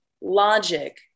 logic